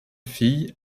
fille